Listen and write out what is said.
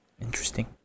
Interesting